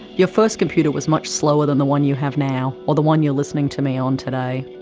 your first computer was much slower than the one you have now, or the one you are listening to me on today.